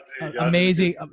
Amazing